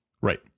Right